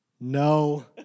No